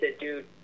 dude